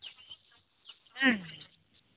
ᱦᱮᱸ